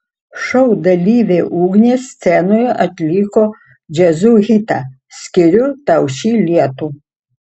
šou dalyvė ugnė scenoje atliko jazzu hitą skiriu tau šį lietų